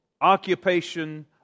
occupation